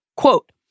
Quote